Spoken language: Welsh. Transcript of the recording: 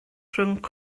rhwng